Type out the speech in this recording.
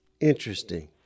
Interesting